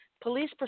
police